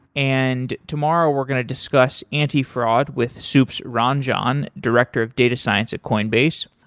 and tomorrow we're going to discuss antifraud with, soups ranjan, director of data science at coinbase.